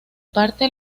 parte